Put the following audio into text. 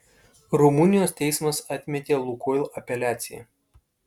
rumunijos teismas atmetė lukoil apeliaciją